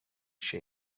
shape